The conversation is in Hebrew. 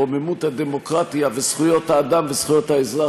רוממות הדמוקרטיה וזכויות האדם וזכויות האזרח,